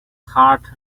heart